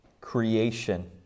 Creation